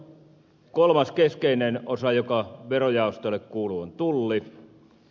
kolmas keskeinen osa joka verojaostolle kuuluu on tulli